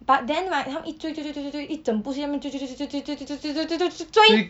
but then right 他已追追追追追一整部戏那边追追追追追追追追追追追追追